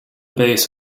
base